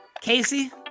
Casey